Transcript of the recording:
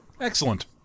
Excellent